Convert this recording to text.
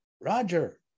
Roger